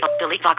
delete